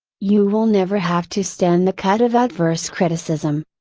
you will never have to stand the cut of adverse criticism.